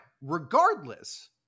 regardless